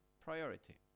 priority